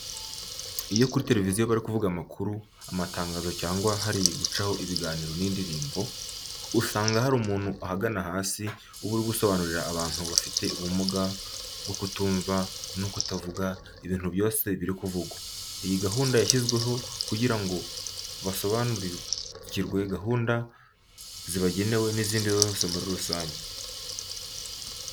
Iyo kuri televiziyo bari kuvuga amakuru, amatangazo cyangwa hari gucaho ibiganiro n'indirimbo, usanga hari umuntu ahagana hasi uba ari gusobanurira abantu bafite ubumuga bwo kutumva no kutavuga ibintu byose biri kuvugwa. Iyi gahunda yashyizweho kugira ngo basobanukirwe gahunda zibagenewe n'izindi zose muri rusange.